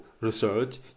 research